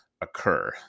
occur